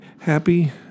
Happy